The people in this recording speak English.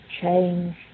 change